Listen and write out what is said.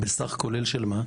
בסך כולל של מה?